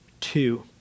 Two